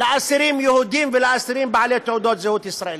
לאסירים יהודים ולאסירים בעלי תעודת זהות ישראלית,